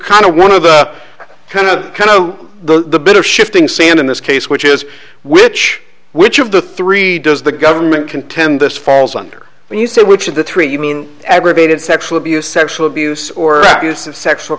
kind of one of the kind of kind of the bit of shifting sand in this case which is which which of the three does the government contend this falls under when you say which of the three you mean aggravated sexual abuse sexual abuse or